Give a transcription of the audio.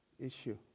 issue